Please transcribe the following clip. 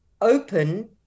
open